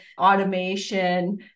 automation